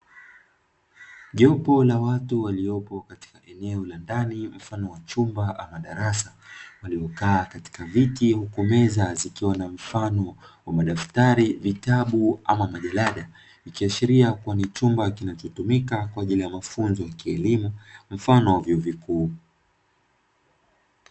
Jopo la watu waliopo katika eneo la ndani mfano wa chumba ama darasa waliokaa katika viti huku meza zikiwa na mfano wa madaftari, vitabu ama majarada ikiashilia kuwa ni chumba kinachotumika kwa ajili ya mafunzo ya kielimu mfano wa vyuo vikuu.